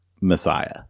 Messiah